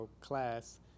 class